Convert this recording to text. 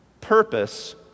Purpose